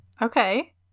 Okay